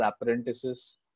apprentices